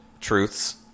truths